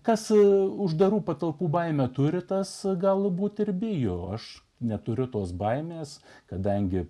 ką su uždarų patalpų baime turi tas galbūt ir bijo aš neturiu tos baimės kadangi